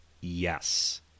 Yes